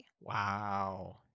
Wow